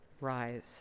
rise